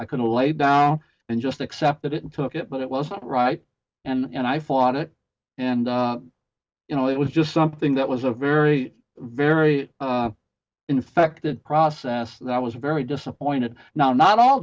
i could lay down and just accepted it and took it but it was not right and i fought it and you know it was just something that was a very very infected process that was very disappointed now not all